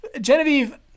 Genevieve